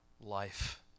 life